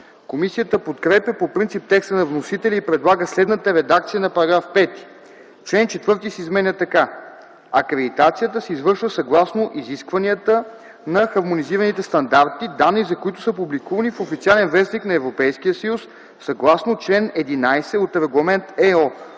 Комисията подкрепя по принцип текста на вносителя и предлага следната редакция на § 5: „§ 5. Член 4 се изменя така: „Чл. 4. Акредитацията се извършва съгласно изискванията на хармонизираните стандарти, данни за които са публикувани в „Официален вестник” на Европейския съюз съгласно чл. 11 от Регламент (ЕО)